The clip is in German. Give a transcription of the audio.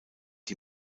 die